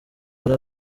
yari